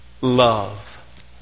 love